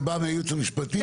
זה בא מהייעוץ המשפטי,